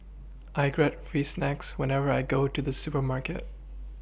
I get free snacks whenever I go to the supermarket